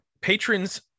patrons